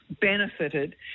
benefited